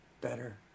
Better